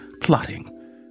plotting